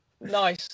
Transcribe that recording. Nice